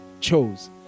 chose